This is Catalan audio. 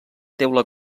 teula